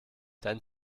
dein